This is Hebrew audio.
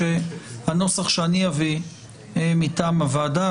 בישראל ביתנו חושבים שהבחירות הן בחירות לוועד בית,